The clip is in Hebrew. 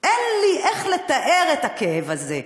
אין לי איך לתאר את הכאב הזה.